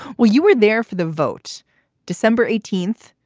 well, you were there for the vote december eighteenth.